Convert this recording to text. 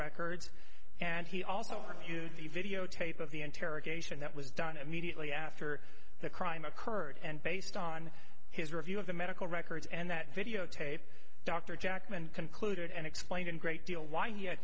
records and he also used the videotape of the interrogation that was done immediately after the crime occurred and based on his review of the medical records and that videotape dr jackman concluded and explained in great deal why he